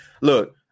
Look